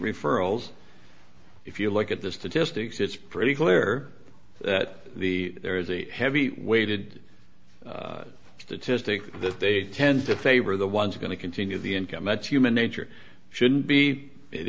referrals if you look at this to just ticks it's pretty clear that the there is a heavy weighted statistic that they tend to favor the ones going to continue the income that's human nature shouldn't be it